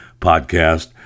podcast